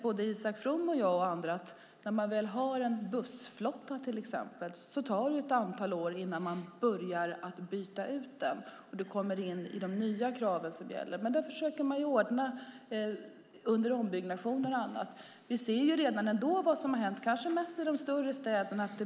Både Isak From och jag vet att när man väl har en bussflotta tar det ett antal år innan man börjar byta ut den och kommer in i de nya krav som gäller. Där försöker man att göra anpassningar i samband med ombyggnationer och annat. Vi ser redan vad som har hänt, kanske främst i de större städerna.